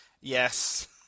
Yes